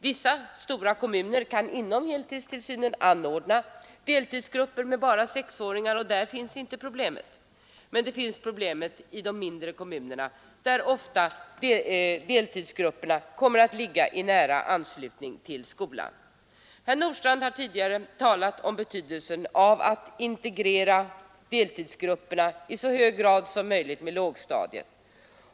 Vissa stora kommuner kan inom heltidstillsynen anordna deltidsgrupper med bara sexåringar, och där finns inte problemet, men problemet finns i de mindre kommunerna, där deltidsgrupperna ofta kommer att ligga i nära anslutning till skolan. Herr Nordstrandh har tidigare talat om betydelsen av att i så hög grad som möjligt integrera deltidsgrupperna med lågstadiet.